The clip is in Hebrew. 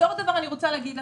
זה עוד שלושת רבעי שעה,